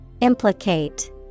Implicate